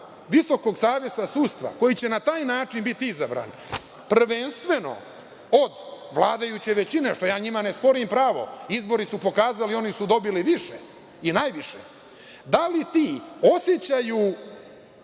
tih 11 članova VSS koji će na taj način biti izabrani prvenstveno od vladajuće većina, što im ne sporim pravo, izbori su pokazali, oni su dobili više i najviše, da li ti osećaju